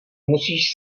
musíš